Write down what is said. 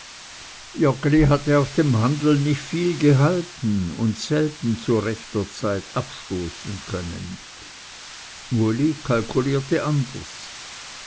joggeli hatte auf dem handeln nicht viel gehalten und selten zu rechter zeit abstoßen können uli kalkulierte anders